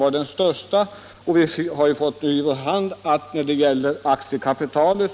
Vi har ju fått uppgifter i vår hand om bankernas aktiekapital.